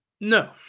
No